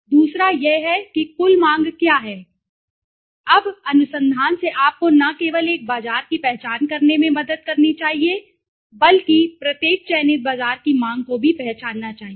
दूसरा यह है कि कुल मांग क्या है अब अनुसंधान से आपको न केवल एक बाजार की पहचान करने में मदद करनी चाहिए बल्कि प्रत्येक चयनित बाजार की मांग को भी पहचानना चाहिए